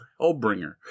Hellbringer